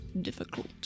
difficult